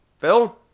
Phil